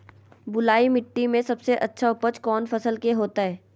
बलुई मिट्टी में सबसे अच्छा उपज कौन फसल के होतय?